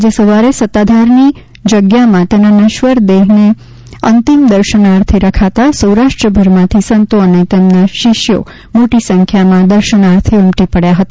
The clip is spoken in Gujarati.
આજે સવારે સત્તાધારની જગ્યામાં તેના નશ્વર દેહને અંતિમ દર્શનાર્થે રખાતાં સૌરાષ્ટ્રભરમાંતી સંતો અને તેમના શિષ્યો મોટી સંખ્યામાં દર્શનાર્થે ઉમટી પડચા હતા